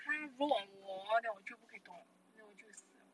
它 roll on 我 hor then 我就不可以动 liao then 我就死 liao